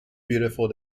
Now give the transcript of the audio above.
beautiful